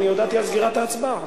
אני הודעתי על סגירת ההצבעה.